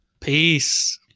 Peace